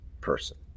person